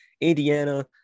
Indiana